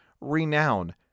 renown